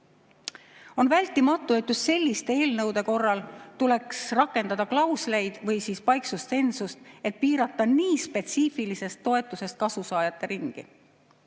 On vältimatu, et just selliste eelnõude korral tuleks rakendada klausleid või paiksustsensust, et piirata nii spetsiifilisest toetusest kasusaajate ringi.